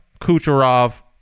Kucherov